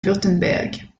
wurtemberg